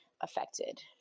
affected